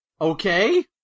Okay